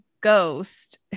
ghost